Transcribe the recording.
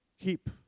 keep